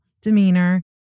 demeanor